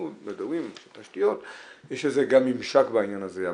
אנחנו מדברים על זה שלתשתיות יש גם ממשק בעניין הזה.